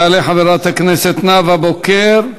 תעלה חברת הכנסת נאוה בוקר,